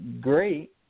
Great